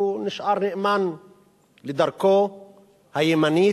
הוא נשאר נאמן לדרכו הימנית,